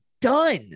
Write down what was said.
done